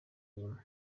nyuma